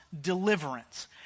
deliverance